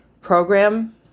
program